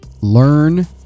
learn